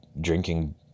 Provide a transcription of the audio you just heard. drinking